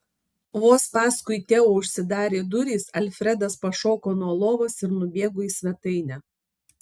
vos paskui teo užsidarė durys alfredas pašoko nuo lovos ir nubėgo į svetainę